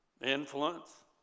influence